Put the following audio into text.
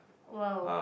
!wow!